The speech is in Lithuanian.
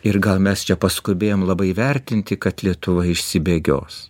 ir gal mes čia paskubėjom labai įvertinti kad lietuva išsibėgios